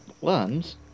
Worms